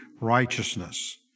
righteousness